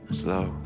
slow